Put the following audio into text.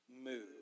move